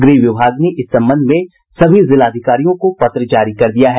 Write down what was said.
गृह विभाग ने इस संबंध में सभी जिलाधिकारियों को पत्र जारी कर दिया है